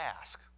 ask